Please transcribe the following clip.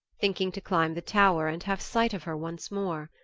thinking to climb the tower and have sight of her once more.